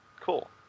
Cool